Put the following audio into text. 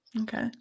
Okay